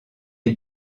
est